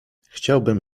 chciałbym